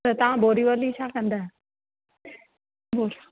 तव्हां बोरीवली छा कंदा